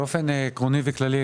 באופן עקרוני וכללי,